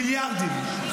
מיליארדים.